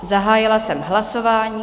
Zahájila jsem hlasování.